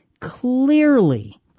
clearly